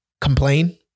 complain